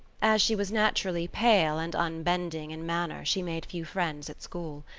as she was naturally pale and unbending in manner she made few friends at school.